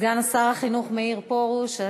סגן שר החינוך מאיר פרוש.